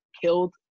killed